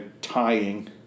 tying